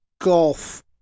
golf